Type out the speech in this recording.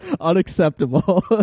unacceptable